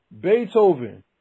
Beethoven